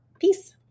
Peace